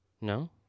No